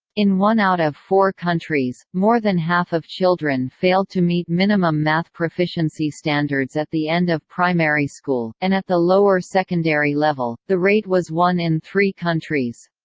in one out of four countries, more than half of children failed to meet minimum math proficiency standards at the end of primary school, and at the lower secondary level, the rate was one in three countries.